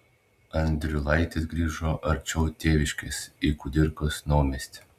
andriulaitis grįžo arčiau tėviškės į kudirkos naumiestį